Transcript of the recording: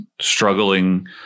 struggling